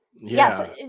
Yes